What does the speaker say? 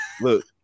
Look